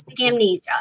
amnesia